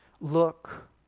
Look